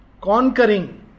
Conquering